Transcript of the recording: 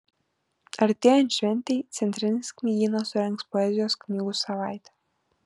artėjant šventei centrinis knygynas surengs poezijos knygų savaitę